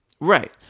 Right